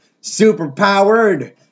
super-powered